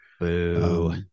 Boo